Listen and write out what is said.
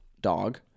Dog